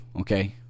okay